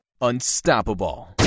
unstoppable